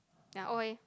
they are old eh